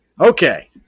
Okay